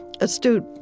astute